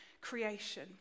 creation